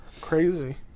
Crazy